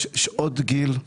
יש שעות גיל,